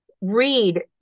read